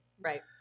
Right